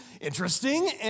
interesting